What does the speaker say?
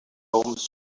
homes